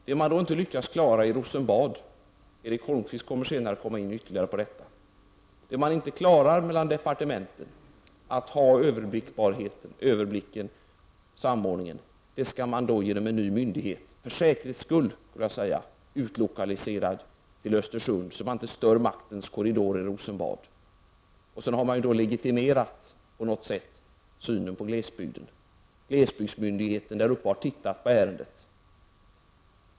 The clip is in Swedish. Det man inte lyckas klara i Rosenbad och mellan departementen — Erik Holmkvist kommer ytterligare att kommentera detta —, nämligen att överblicka och samordna, skall man lösa med hjälp av en ny myndighet för säkerhets skull utlokaliserad till Östersund så att inte maktens korridorer i Rosenbad blir störda. På så sätt har synen på glesbygden legitimerats. Glesbygdsmyndigheten ser över ärendet.